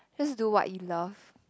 just do what you love